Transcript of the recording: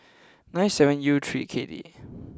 nine seven U three K D